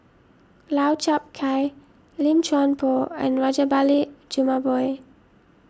Lau Chiap Khai Lim Chuan Poh and Rajabali Jumabhoy